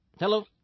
Hello